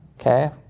Okay